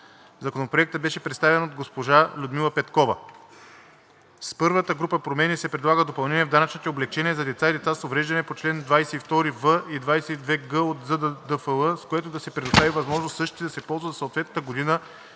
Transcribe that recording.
Законопроектът беше представен от госпожа Людмила Петкова. С първата група промени се предлага допълнение в данъчните облекчения за деца и за деца с увреждания по чл. 22в и 22 г от ЗДДФЛ, с което да се предостави възможност същите да се ползват за съответната година